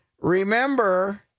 remember